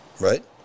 Right